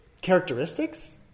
characteristics